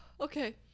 okay